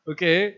Okay